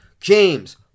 James